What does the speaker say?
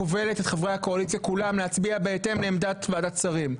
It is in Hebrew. כובלת את חברי הקואליציה כולם להצביע בהתאם לעמדת ועדת שרים,